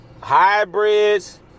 Hybrids